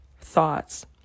thoughts